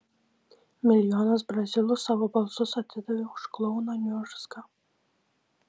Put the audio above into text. milijonas brazilų savo balsus atidavė už klouną niurzgą